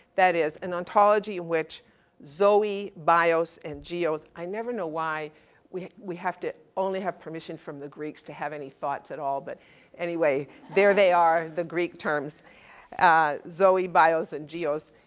that is an ontology in which zoe, bios, and geos. i never know why we, we have to only have permission from the greeks to have any thoughts at all, but anyway. there they are, the greek terms zoe, bios, and geos.